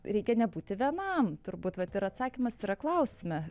reikia nebūti vienam turbūt vat ir atsakymas yra klausime